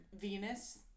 Venus